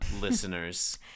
listeners